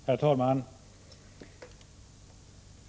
Herr talman!